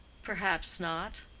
perhaps not.